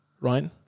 right